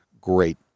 great